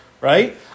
Right